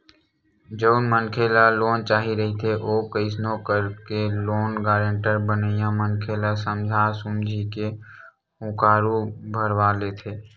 जउन मनखे ल लोन चाही रहिथे ओ कइसनो करके लोन गारेंटर बनइया मनखे ल समझा सुमझी के हुँकारू भरवा लेथे